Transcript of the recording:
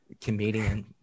comedian